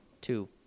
Two